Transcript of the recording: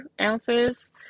ounces